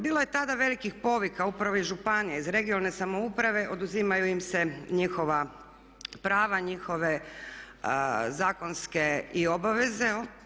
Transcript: Bilo je tada velikih povika upravo iz županija, iz regionalne samouprave, oduzimaju im se njihova prava, njihove zakonske i obaveze.